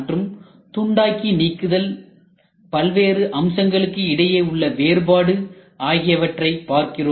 மற்றும் துண்டாக்கி நீக்குதல் பல்வேறு அம்சங்களுக்கு இடையே உள்ள வேறுபாடு ஆகியவற்றையும் பார்க்கிறோம்